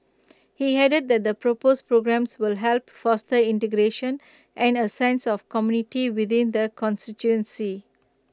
he added that the proposed programmes will help foster integration and A sense of community within the constituency